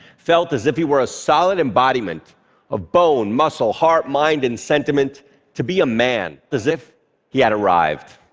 felt as if he were a solid embodiment of bone, muscle, heart, mind, and sentiment to be a man, as if he had arrived.